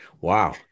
wow